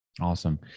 Awesome